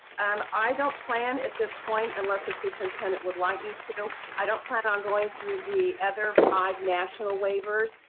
um i don't plan at this point, unless the superintendent would like me to, i don't plan on going through the other five national waivers.